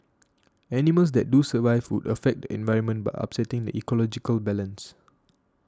animals that do survive would affect the environment by upsetting the ecological balance